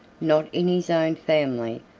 not in his own family,